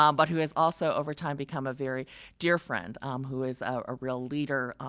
um but who has also over time become a very deer friend um who is a real leader